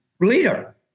leader